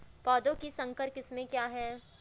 पौधों की संकर किस्में क्या हैं?